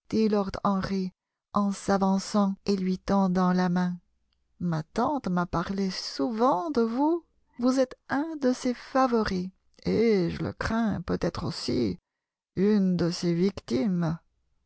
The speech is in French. en s'avançant et lui tendant la main ma tante m'a parlé souvent de vous vous êtes un de ses favoris et je le crains peut-être aussi une de ses victimes